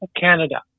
Canada